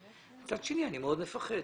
אבל מצד שני אני מאוד מפחד.